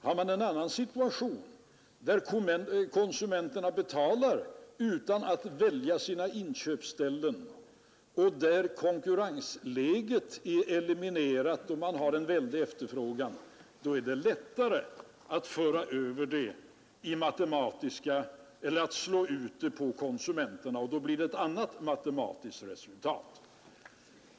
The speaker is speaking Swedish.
Har man en annan situation där konsumenterna betalar utan att välja sina inköpsställen och där konkurrensläget är eliminerat och det råder en väldig efterfrågan, då är det lättare att slå ut den på konsumenterna och då blir det ett annat matematiskt resultat.